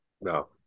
No